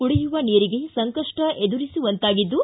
ಕುಡಿಯುವ ನೀರಿಗೆ ಸಂಕಷ್ಟ ಎದುರಿಸುವಂತಾಗಿದ್ದು